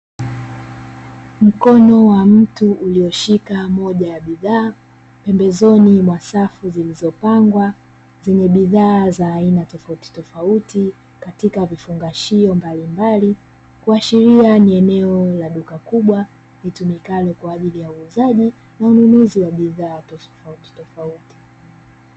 Mkono wa mtu ulioshika moja ya bidhaa, pembezoni mwa safu zilizopangwa zenye bidhaa za aina tofauti tofauti katika vifungashio mbalimbali. Kuashiria ni eneo la duka kubwa litumikalo kwa ajili ya uuzaji na ununuzi wa bidhaa tofauti tofauti.